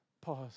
Pause